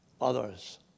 others